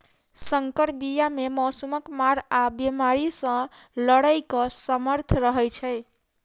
सँकर बीया मे मौसमक मार आ बेमारी सँ लड़ैक सामर्थ रहै छै